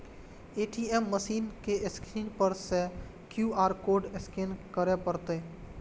ATM machine के screen पर सं क्यू.आर कोड स्कैन करय पड़तै